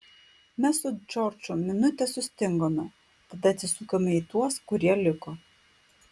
mes su džordžu minutę sustingome tada atsisukome į tuos kurie liko